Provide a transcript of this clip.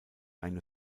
eine